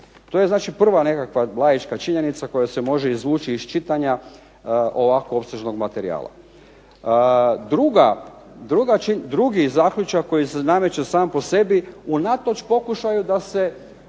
znači prva nekakva laička činjenica koja se može izvući iz čitanja ovako opsežnog materijala. Drugi zaključak koji se nameće sam po sebi unatoč pokušaju da se